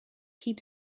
keep